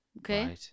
okay